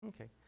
Okay